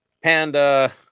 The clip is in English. Panda